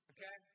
Okay